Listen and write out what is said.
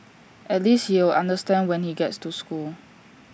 at least he'll understand when he gets to school